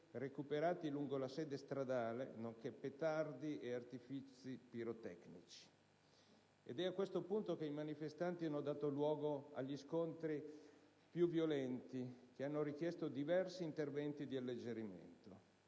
recuperati lungo la sede stradale, nonché petardi ed artifizi pirotecnici. Ed è a questo punto che i manifestanti hanno dato luogo agli scontri più violenti, che hanno richiesto diversi interventi di alleggerimento.